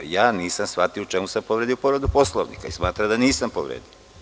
Ja nisam shvatio u čemu sam učini povredu Poslovnika i smatram da nisam povredio.